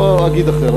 לא אגיד אחרת,